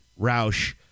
Roush